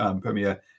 Premier